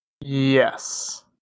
Yes